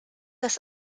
des